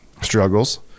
struggles